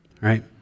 right